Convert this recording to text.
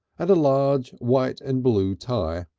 and a large white and blue tie.